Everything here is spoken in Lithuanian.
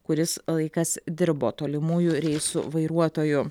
kuris laikas dirbo tolimųjų reisų vairuotoju